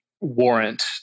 warrant